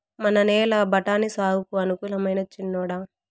మన నేల బఠాని సాగుకు అనుకూలమైనా చిన్నోడా